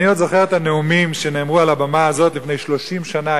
אני עוד זוכר את הנאומים שנאמרו על הבמה הזאת לפני 30 שנה,